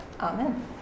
Amen